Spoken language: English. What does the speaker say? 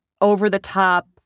over-the-top